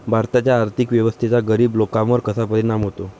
भारताच्या आर्थिक व्यवस्थेचा गरीब लोकांवर कसा परिणाम होतो?